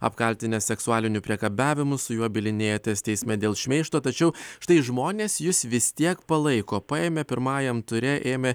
apkaltinęs seksualiniu priekabiavimu su juo bylinėjotės teisme dėl šmeižto tačiau štai žmonės jus vis tiek palaiko paėmė pirmajam ture ėmė